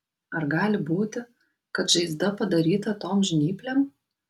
ar gali būti kad žaizda padaryta tom žnyplėm